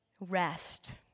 Rest